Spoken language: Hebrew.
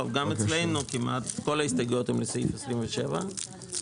יש עוד כמה לסעיף שאחרי זה.